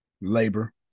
labor